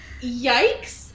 yikes